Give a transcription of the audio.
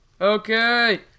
Okay